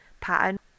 pattern